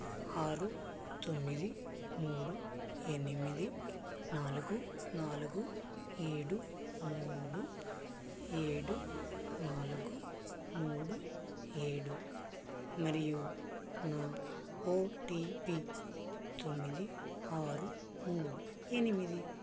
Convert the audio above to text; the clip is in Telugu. ఆరు తొమ్మిది మూడు ఎనిమిది నాలుగు నాలుగు ఏడు మూడు ఏడు నాలుగు మూడు ఏడు మరియు నా ఓటీపీ తొమ్మిది ఆరు మూడు ఎనిమిది